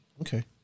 Okay